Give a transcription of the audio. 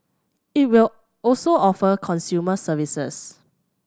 it will also offer consumer services